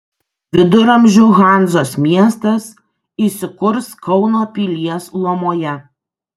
viduramžių hanzos miestas įsikurs kauno pilies lomoje